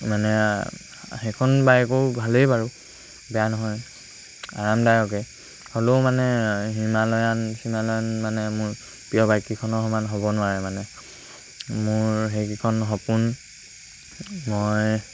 মানে সেইখন বাইকৰো ভালেই বাৰু বেয়া নহয় আৰামদায়কে হ'লেও মানে হিমালয়ান চিমালয়ান মানে মোৰ প্ৰিয় বাইককেইখনৰ সমান হ'ব নোৱাৰে মানে মোৰ সেইকেইখন সপোন মই